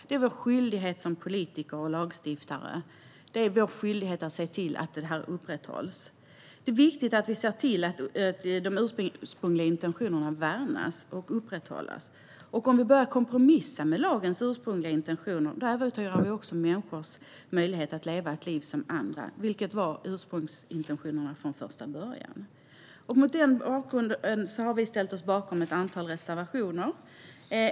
Det är vår skyldighet som politiker och lagstiftare att se till att det här upprätthålls. Det är viktigt att vi ser till att de ursprungliga intentionerna värnas och upprätthålls. Om vi börjar kompromissa med lagens ursprungliga intentioner äventyrar vi också människors möjlighet att leva ett liv som andra, vilket var intentionen från första början. Mot den bakgrunden har vi ställt oss bakom ett antal reservationer.